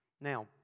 Now